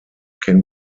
can